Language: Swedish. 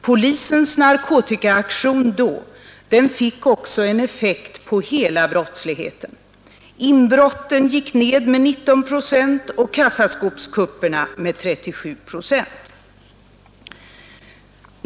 Polisens narkotikaaktion då fick också en effekt på hela brottsligheten. Inbrotten gick ned 19 procent och kassaskåpskupperna med 37 procent.